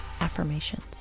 affirmations